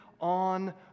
on